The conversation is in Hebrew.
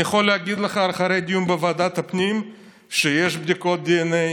אני יכול להגיד לך אחרי דיון בוועדת הפנים שיש בדיקות דנ"א